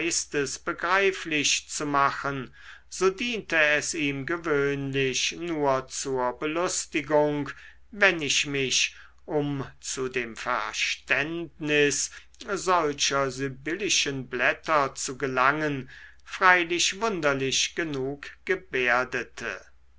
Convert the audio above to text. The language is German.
begreiflich zu machen so diente es ihm gewöhnlich nur zur belustigung wenn ich mich um zu dem verständnis solcher sibyllischen blätter zu gelangen freilich wunderlich genug gebärdete